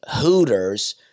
hooters